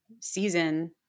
season